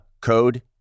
code